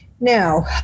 now